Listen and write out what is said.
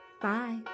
Bye